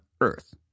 Earth